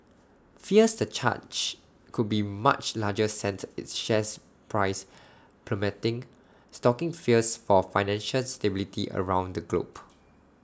fears the charge could be much larger sent its share price plummeting stoking fears for financial stability around the globe